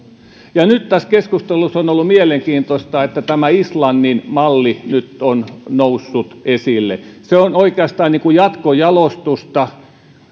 tässä keskustelussa on ollut mielenkiintoista että tämä islannin malli on nyt noussut esille se on oikeastaan niin kuin jatkojalostusta